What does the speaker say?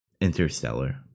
Interstellar